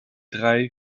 drei